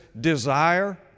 desire